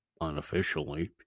unofficially